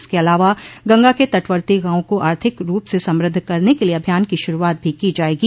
इसके अलावा गंगा के तटवर्ती गॉवों को आर्थिक रूप से समृद्ध करने के लिए अभियान की शुरूआत भी की जायेगी